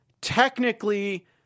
technically